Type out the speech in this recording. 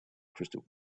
crystal